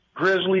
grizzly